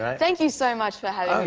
thank you so much for having